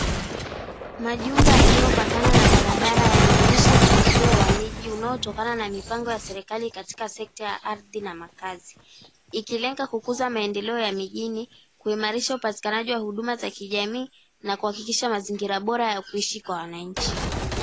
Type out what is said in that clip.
Majumba yaliyopakana na barabara, yanaonyesha mpangilio wa miji unaotokana na mpango wa serikali katika sekta ya ardhi na makazi, ikilenga kukuza maendeleo ya mijini, kuimarisha upatikanaji wa huduma za kijamii, na kuhakikisha mazingira bora ya kuishi kwa wananchi.